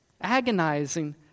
Agonizing